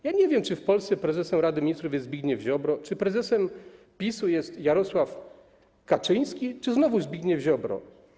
Ja nie wiem, czy w Polsce prezesem Rady Ministrów jest Zbigniew Ziobro, czy prezesem PiS-u jest Jarosław Kaczyński, czy znowu Zbigniew Ziobro?